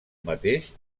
mateix